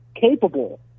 capable